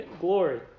glory